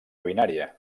binària